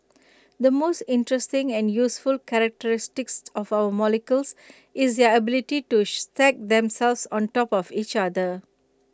the most interesting and useful characteristics of our molecules is their ability to E stack themselves on top of each other